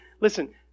listen